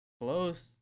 Close